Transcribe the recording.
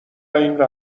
اینور